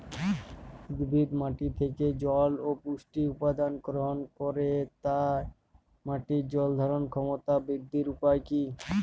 উদ্ভিদ মাটি থেকে জল ও পুষ্টি উপাদান গ্রহণ করে তাই মাটির জল ধারণ ক্ষমতার বৃদ্ধির উপায় কী?